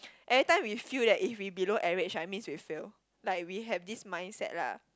everytime we feel that if we below average it means we fail like we have this mindset lah